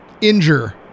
injure